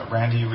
Randy